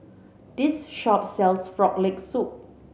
this shop sells Frog Leg Soup